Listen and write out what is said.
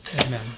Amen